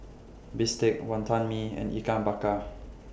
Bistake Wonton Mee and Ikan Bakar